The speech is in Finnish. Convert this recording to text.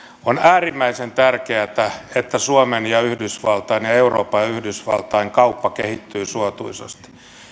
on äärimmäisen tärkeätä että suomen ja yhdysvaltain ja euroopan ja yhdysvaltain kauppa kehittyy suotuisasti